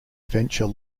venture